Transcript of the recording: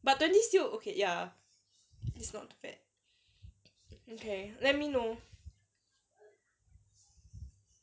but twenty is still okay ya it's not too bad okay let me know